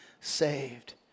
saved